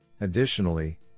Additionally